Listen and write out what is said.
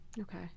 Okay